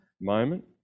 moment